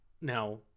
Now